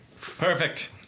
Perfect